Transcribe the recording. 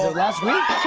last week?